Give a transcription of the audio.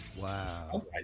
Wow